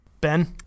Ben